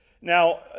Now